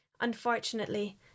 Unfortunately